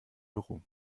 büro